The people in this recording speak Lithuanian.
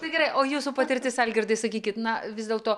tai gerai o jūsų patirtis algirdai sakykit na vis dėlto